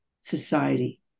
society